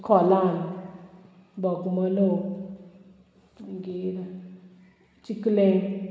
खोलान बोगमलो मागीर चिकले